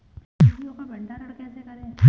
सब्जियों का भंडारण कैसे करें?